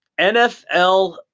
NFL